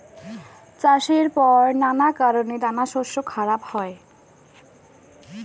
চাষের পর নানা কারণে দানাশস্য খারাপ হয়